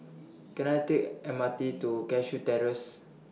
Can I Take M R T to Cashew Terrace